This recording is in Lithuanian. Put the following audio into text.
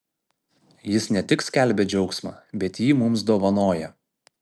jis ne tik skelbia džiaugsmą bet jį mums dovanoja